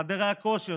חדרי הכושר,